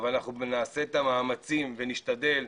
אבל אנחנו נעשה את המאמצים ונשתדל,